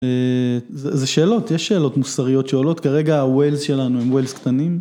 זה שאלות? יש שאלות מוסריות שואלות? כרגע הווילס שלנו הם ווילס קטנים.